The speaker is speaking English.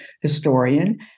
historian